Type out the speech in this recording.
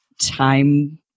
time